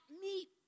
meat